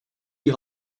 die